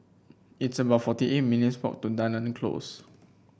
it's about forty eight minutes' walk to Dunearn Close